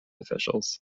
officials